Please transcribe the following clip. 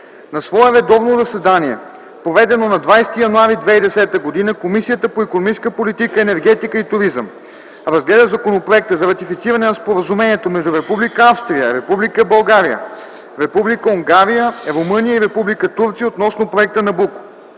На свое редовно заседание, проведено на 20 януари 2010 г., Комисията по икономическата политика, енергетика и туризъм разгледа Законопроекта за ратифициране на Споразумението между Република Австрия, Република България, Република Унгария, Румъния и Република Турция относно проекта „Набуко”.